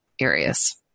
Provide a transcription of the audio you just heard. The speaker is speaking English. areas